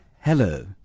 Hello